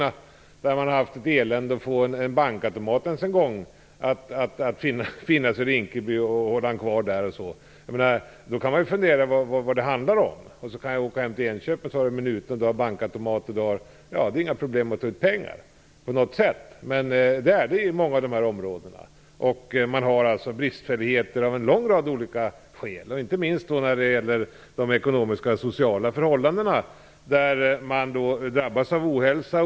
Man har ibland haft ett elände att ens en gång få en bankautomat i Rinkeby och hålla den kvar där. Då kan man fundera på vad det handlar om. Jag kan åka hem till Enköping där det finns Minuten och bankautomater och där det inte på något sätt är några problem att ta ut pengar. Det är det i många av dessa områden. Man har bristfälligheter av en lång rad olika skäl. Det gäller inte minst de ekonomiska och sociala förhållandena, där man drabbas av ohälsa.